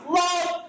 love